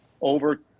over